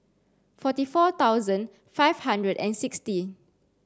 forty four thousand five hundred and sixty